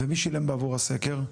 ומי שילם בעבור הסקר?